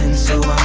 and so